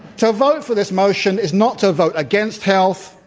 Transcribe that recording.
to vote for this motion is not to vote against health,